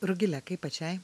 rugile kaip pačiai